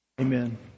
amen